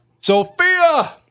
Sophia